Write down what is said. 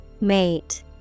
Mate